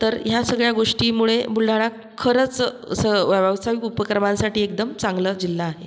तर ह्या सगळ्या गोष्टीमुळे बुलढाणा खरंच असं व्या व्यावसायिक उपक्रमांसाठी एकदम चांगला जिल्हा आहे